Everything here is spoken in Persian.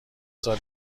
سال